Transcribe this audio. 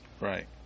Right